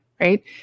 right